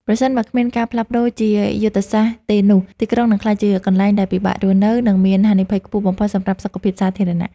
ប្រសិនបើគ្មានការផ្លាស់ប្តូរជាយុទ្ធសាស្ត្រទេនោះ ទីក្រុងនឹងក្លាយជាកន្លែងដែលពិបាករស់នៅ និងមានហានិភ័យខ្ពស់បំផុតសម្រាប់សុខភាពសាធារណៈ។